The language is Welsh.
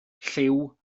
lliw